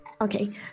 Okay